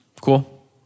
Cool